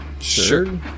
Sure